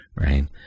Right